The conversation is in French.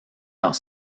dans